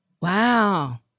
Wow